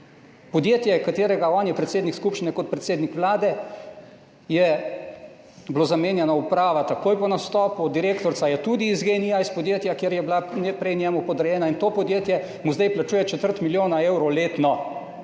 podjetje katerega on je predsednik skupščine, kot predsednik Vlade, je bilo zamenjano uprava, takoj po nastopu, direktorica je tudi iz GEN-I-ja, iz podjetja, kjer je bila prej njemu podrejena in to podjetje mu zdaj plačuje četrt milijona evrov letno,